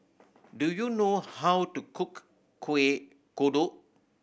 do you know how to cook Kueh Kodok